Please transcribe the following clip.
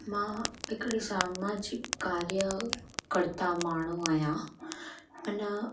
मां हिकिड़ी सामाजिक कार्यकर्ता माण्हू आहियां आने